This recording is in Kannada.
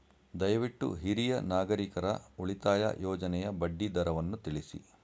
ದಯವಿಟ್ಟು ಹಿರಿಯ ನಾಗರಿಕರ ಉಳಿತಾಯ ಯೋಜನೆಯ ಬಡ್ಡಿ ದರವನ್ನು ತಿಳಿಸಿ